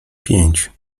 pięć